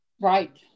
Right